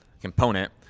component